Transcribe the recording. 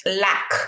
lack